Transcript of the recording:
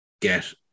get